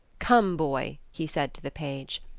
come, boy, he said to the page.